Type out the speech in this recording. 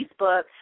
Facebook